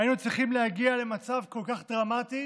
היינו צריכים להגיע למצב כל כך דרמטי